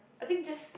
I think just